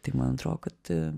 tai man atrodo kad